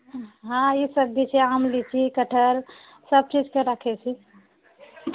हँ ई सब भी छै आम लीची कटहर सब चीजकेँ रखैत छी